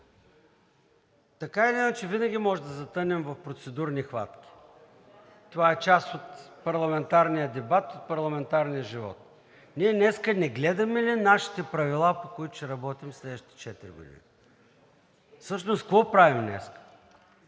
иначе, винаги можем да затънем в процедурни хватки. Това е част от парламентарния дебат и от парламентарния живот. Ние днес не гледаме ли нашите правила, по които ще работим през следващите четири години? Всъщност какво правим днеска?